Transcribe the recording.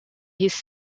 his